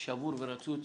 שבור ורצוץ.